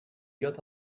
got